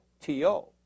T-O